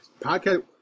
Podcast